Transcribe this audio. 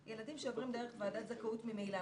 ילדים שעוברים דרך ועדת זכאות ממילא,